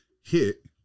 hit